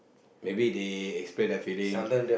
maybe they express their feeling